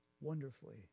wonderfully